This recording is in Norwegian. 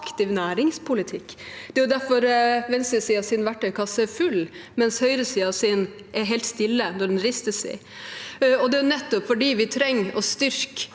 aktiv næringspolitikk. Det er derfor venstresidens verktøykasse er full, mens høyresidens er helt stille når den ristes i. Det er nettopp fordi vi trenger å styrke